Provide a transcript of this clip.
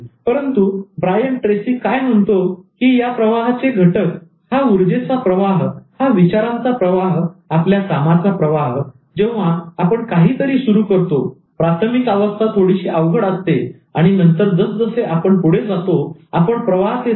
परंतु Brian Tracy Brian Tracy काय म्हणतो की या प्रवाहाचे घटक उर्जेचा प्रवाह विचारांचा प्रवाह आपल्या कामाचा प्रवाह तर जेव्हा आपण काहीतरी सुरू करतो प्राथमिक अवस्था थोडीशी अवघड असते आणि नंतर जस जसे आपण पुढे जातो आपण प्रवाहात येतो